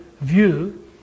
view